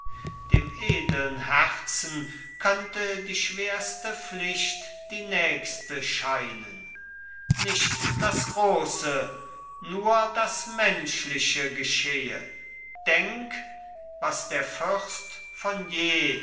dem edeln herzen könnte die schwerste pflicht die nächste scheinen nicht das große nur das menschliche geschehe denk was der fürst von je